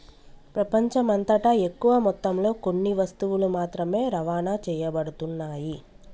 ప్రపంచమంతటా ఎక్కువ మొత్తంలో కొన్ని వస్తువులు మాత్రమే రవాణా చేయబడుతున్నాయి